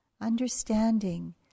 understanding